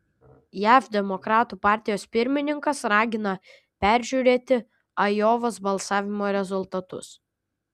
jav demokratų partijos pirmininkas ragina peržiūrėti ajovos balsavimo rezultatus